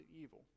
evil